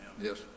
Yes